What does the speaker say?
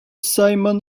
simon